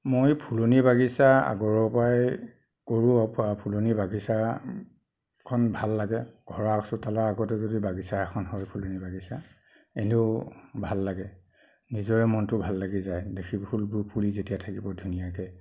মই ফুলনি বাগিচা আগৰপৰাই কৰোঁ ফুলনি বাগিচাখন ভাল লাগে ঘৰৰ আৰু আগচোতালৰ আগতো যদি বাগিচা এখন হয় ফুলনি বাগিচা এনেও ভাল লাগে নিজৰে মনটো ভাল লাগি যায় দেখি ফুলবোৰ ফুলি যেতিয়া থাকিব ধুনীয়াকৈ